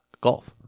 golf